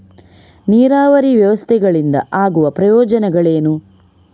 ನೀರಾವರಿ ವ್ಯವಸ್ಥೆಗಳಿಂದ ಆಗುವ ಪ್ರಯೋಜನಗಳೇನು?